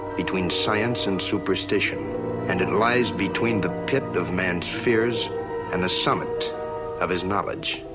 between science and superstition and it lies between the pit of man's fears and the summit of his knowledge.